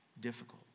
difficult